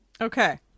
Okay